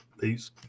Peace